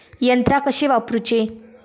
यंत्रा कशी वापरूची?